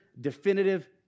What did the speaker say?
definitive